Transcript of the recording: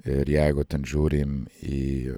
ir jeigu ten žiūrim į